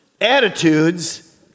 attitudes